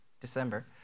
December